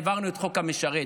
העברנו את חוק המשרת,